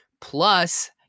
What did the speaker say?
Plus